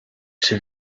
czy